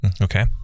Okay